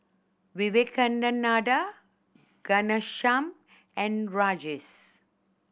Vivekananda Ghanshyam and Rajesh